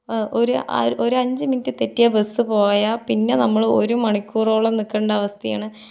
ഒരു ഒരു അഞ്ച് മിനിറ്റ് തെറ്റിയാൽ ബസ്സ് പോയാൽ പിന്നേ നമ്മള് ഒര് മണിക്കൂറോളം നിൽക്കണ്ട അവസ്ഥയാണ്